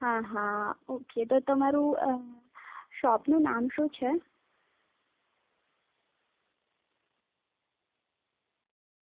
હા હા ઓકે તો તમારું શોપનું નામ શું છે